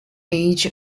edge